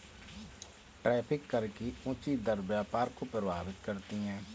tariff कर की ऊँची दर व्यापार को प्रभावित करती है